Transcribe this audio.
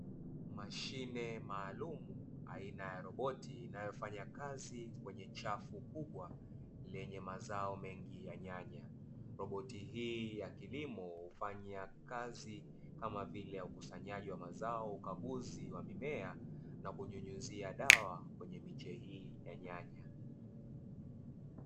Mashine maalumu aina ya roboti inayofanya kazi kwenye chafu kubwa lenye mazao mengi ya nyanya. Roboti hii ya kilimo hufanya kazi kama vile ya ukusanyaji wa mazao, ukaguzi wa mimea na kunyunyuzia dawa kwenye miche hii ya nyanya.